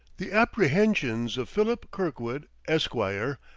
the apprehensions of philip kirkwood, esquire,